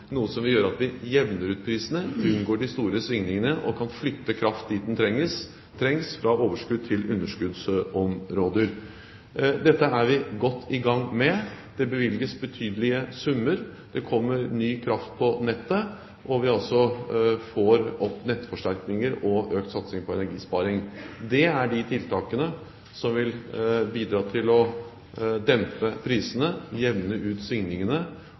noe som vil gjøre at vi jevner ut prisene, unngår de store svingningene og kan flytte kraft dit den trengs fra overskudds- til underskuddsområder. Dette er vi godt i gang med, det bevilges betydelige summer, det kommer ny kraft på nettet, og vi får opp nettforsterkninger og økt satsing på energisparing. Det er de tiltakene som vil bidra til å dempe prisene, jevne ut